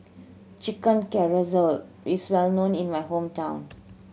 Chicken Casserole is well known in my hometown